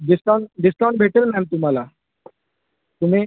discount discount भेटेल ma'am तुम्हाला तुम्ही